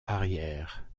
arrière